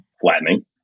flattening